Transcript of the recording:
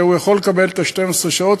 והוא יכול לקבל את 12 השעות,